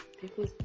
people